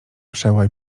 przełaj